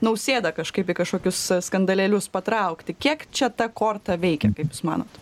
nausėda kažkaip į kažkokius skandalėlius patraukti kiek čia ta korta veikiant kaip jūs manot